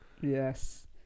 Yes